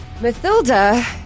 Mathilda